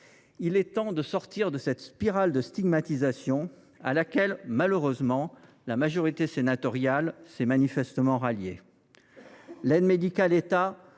Il est temps de sortir de cette spirale de stigmatisation à laquelle, malheureusement, la majorité sénatoriale s’est manifestement ralliée. L’AME incarne un